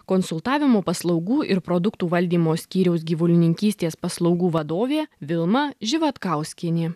konsultavimo paslaugų ir produktų valdymo skyriaus gyvulininkystės paslaugų vadovė vilma živatkauskienė